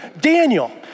Daniel